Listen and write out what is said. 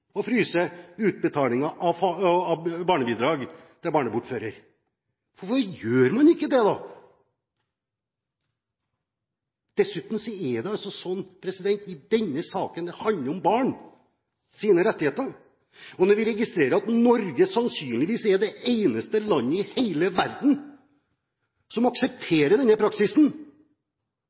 å fryse utbetalingen av barnebidrag til barnebortfører. Hvorfor gjør man ikke det, da? Dessuten handler det i denne saken om barns rettigheter. Når vi registrerer at Norge sannsynligvis er det eneste landet i hele verden som aksepterer denne praksisen,